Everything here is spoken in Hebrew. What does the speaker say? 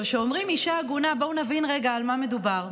כשאומרים "אישה עגונה", בואו נבין רגע במה מדובר.